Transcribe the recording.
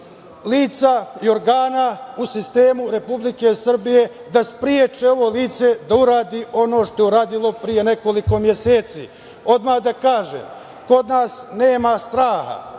lica i organa u sistemu Republike Srbije da spreče ovo lice da uradi ono što je uradilo pre nekoliko meseci. Odmah da kažem, kod nas nema straha,